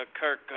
Kirk